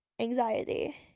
anxiety